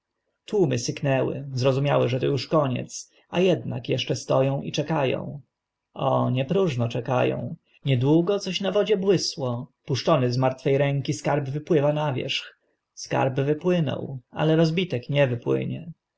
tłumy syknęły zrozumiały że to uż koniec a ednak eszcze sto ą i czeka ą o nie próżno czeka ą niedługo coś na wodzie błysło puszczony z martwe ręki skarb wypływa na wierzch skarb wypłynął ale rozbitek nie wypłynie